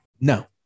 No